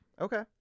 okay